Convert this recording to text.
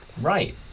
right